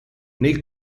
nel